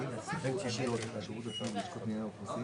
הוא התקציב עצמו 4 מיליון שקלים והוא רק עבור רשות הטבע